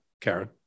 Karen